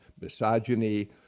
misogyny